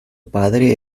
padre